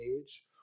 age